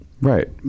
right